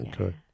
Okay